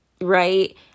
Right